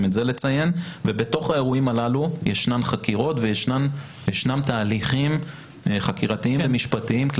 בתוך האירועים הללו ישנן חקירות וישנם תהליכים חקירתיים ומשפטיים.